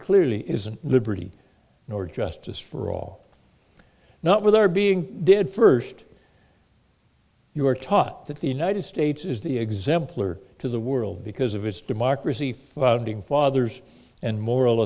clearly isn't liberty or justice for all not with our being dead first you are taught that the united states is the examplar to the world because of its democracy founding fathers and moral